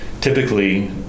Typically